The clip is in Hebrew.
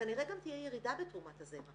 כנראה גם תהיה ירידה בתרומת הזרע